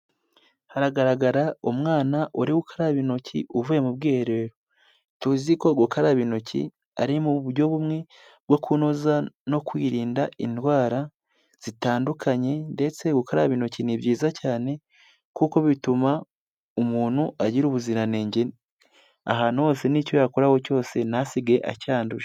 Haragaragara umwana uri ukaraba intoki uvuye mu bwiherero. Tuzi ko gukaraba intoki ari mu buryo bumwe bwo kunoza no kwirinda indwara zitandukanye, ndetse gukaraba intoki ni byiza cyane kuko bituma umuntu agira ubuziranenge ahantu hose n'icyo yakoraho cyose ntasigage acyanduje.